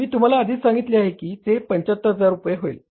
मी तुम्हाला आधीच सांगितले होते की ते 75000 रुपये येईल